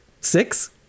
six